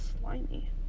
slimy